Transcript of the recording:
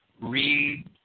read